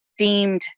themed